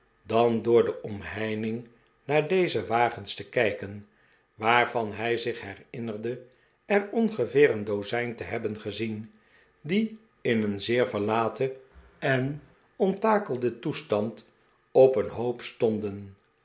dan door de omheining naar deze wagens te kijken waarvan hij zich herinnerde er ongeveer een dozijn te hebben gezien die in een zeer verlaten en onttakelden toestand op een hoop stonden